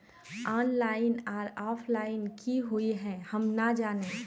Online आर offline की हुई है हम ना जाने?